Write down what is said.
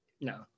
No